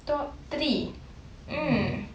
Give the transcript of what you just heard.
top three mm